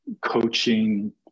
coaching